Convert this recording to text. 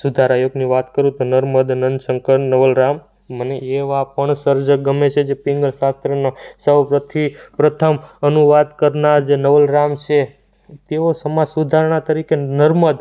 સુધારા યુગની વાત કરું તો નર્મદ નંદશંકર નવલરામ મને એવા પણ સર્જક ગમે છે જે પિંગળ શાસ્ત્રના સૌપ્રથઈ પ્રથમ અનુવાદ કરનાર જે નવલરામ છે તેઓ સમાજ સુધારણા તરીકે નર્મદ